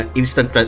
instant